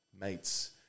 mates